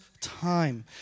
time